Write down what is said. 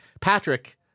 Patrick